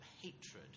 hatred